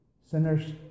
Sinners